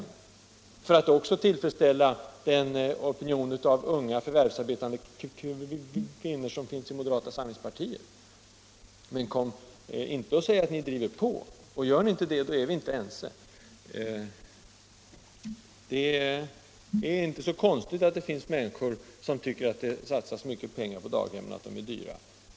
Det säger ni förmodligen för att tillfredsställa de unga förvärvsarbetande kvinnor som finns också i moderata samlingspartiet. Men kom inte och säg att ni driver på! Och om ni inte gör det, så är vi inte heller ense. Det är inte så konstigt att det finns människor som tycker att det satsas för mycket pengar på daghem och att de är för dyra.